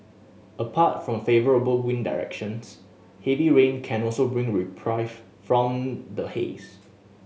apart from favourable wind directions heavy rain can also bring reprieve from the haze